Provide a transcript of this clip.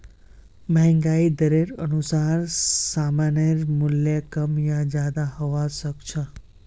महंगाई दरेर अनुसार सामानेर मूल्य कम या ज्यादा हबा सख छ